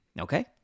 okay